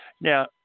Now